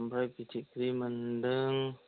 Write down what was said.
ओमफ्राय फिथिख्रि मोनदों